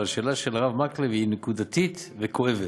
אבל השאלה של הרב מקלב היא נקודתית וכואבת: